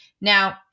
now